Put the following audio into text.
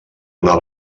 una